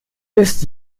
ist